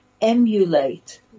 emulate